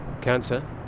Cancer